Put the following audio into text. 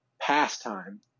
pastime